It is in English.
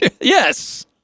Yes